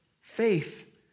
faith